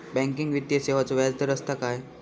Banking वित्तीय सेवाचो व्याजदर असता काय?